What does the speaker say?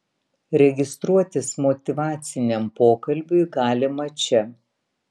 registruotis motyvaciniam pokalbiui galima čia